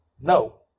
No